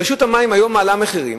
רשות המים היום מעלה מחירים.